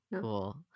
Cool